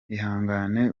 ihangane